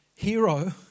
hero